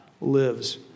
lives